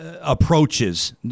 approaches